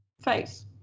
face